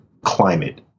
climate